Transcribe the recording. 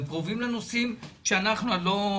הם קרובים לנושאים האלה,